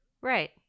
Right